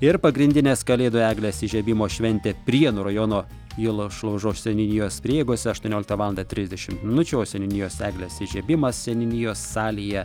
ir pagrindinės kalėdų eglės įžiebimo šventė prienų rajono julo šlaužos seniūnijos prieigose aštuonioliktą valandą trisdešimt minučių o seniūnijos eglės įžiebimas seniūnijos salėje